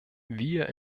wir